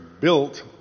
built